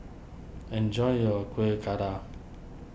enjoy your Kuih Kadar